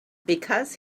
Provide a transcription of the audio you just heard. because